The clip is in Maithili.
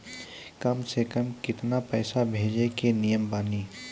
कम से कम केतना पैसा भेजै के नियम बानी?